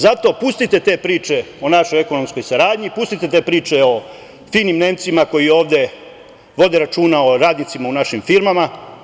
Zato, pustite te priče o našoj ekonomskoj saradnji, pustite te priče o finim Nemcima koji ovde vode računa o radnicima u našim firmama.